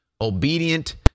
obedient